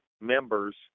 members